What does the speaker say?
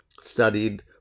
studied